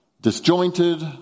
disjointed